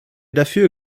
dafür